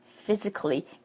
physically